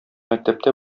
мәктәптә